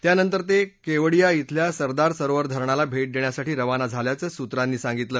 त्या नंतर ते कवाडिया इथल्या सरदार सरोवर धरणाला भेट देण्यासाठी रवाना झाल्याचं सूत्रांनी सांगितलं